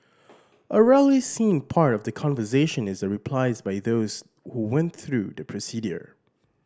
a rarely seen part of that conversation is the replies by those who went through the procedure